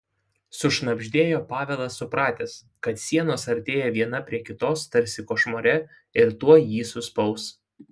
sušnabždėjo pavelas supratęs kad sienos artėja viena prie kitos tarsi košmare ir tuoj jį suspaus